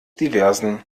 diversen